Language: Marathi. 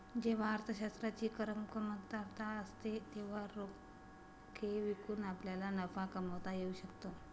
जेव्हा अर्थशास्त्राची कमतरता असते तेव्हा रोखे विकून आपल्याला नफा कमावता येऊ शकतो